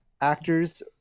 actors